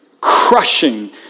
crushing